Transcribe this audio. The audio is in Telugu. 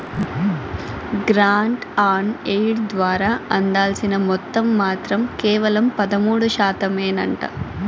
గ్రాంట్ ఆన్ ఎయిడ్ ద్వారా అందాల్సిన మొత్తం మాత్రం కేవలం పదమూడు శాతమేనంట